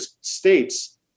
states